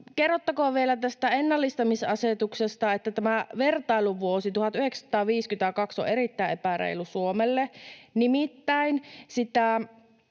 Kerrottakoon vielä tästä ennallistamisasetuksesta, että tämä vertailuvuosi, 1952, on erittäin epäreilu Suomelle. Nimittäin sitä